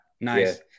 nice